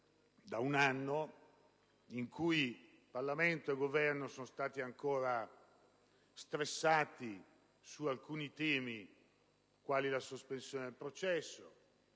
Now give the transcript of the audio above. da un anno in cui il Parlamento e il Governo sono stati ancora stressati su alcuni temi quali la sospensione del processo,